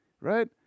right